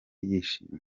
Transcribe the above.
yishimye